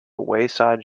wayside